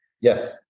Yes